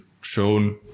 shown